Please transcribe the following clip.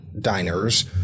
diners